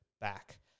back